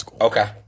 Okay